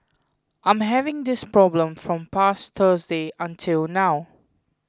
I'm having this problem from past Thursday until now